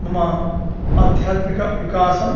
मम आध्यात्मिकविकासं